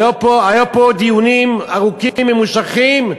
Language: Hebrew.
היו פה דיונים ארוכים, ממושכים,